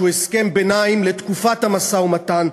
שהוא הסכם ביניים לתקופת המשא-ומתן,